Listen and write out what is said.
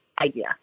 idea